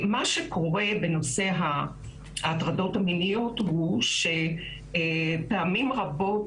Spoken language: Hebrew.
מה שקורה בנושא ההטרדות המיניות הוא שפעמים רבות